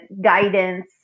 guidance